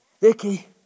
Vicky